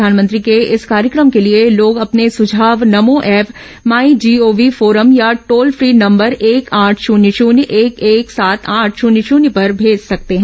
प्रधानमंत्री के इस कार्यक्रम के लिए लोग अपने सुझाव NaMo app my GOV forum या टोल फ्री नम्बर एक आठ शून्य शून्य एक एक सात आठ शून्य शून्य पर भेज सकते हैं